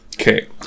Okay